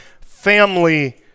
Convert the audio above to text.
family